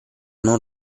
non